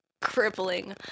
crippling